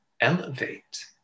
elevate